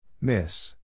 Miss